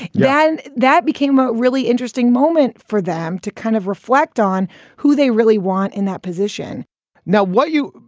yeah and that became a really interesting moment for them to kind of reflect on who they really want in that position now, what are you.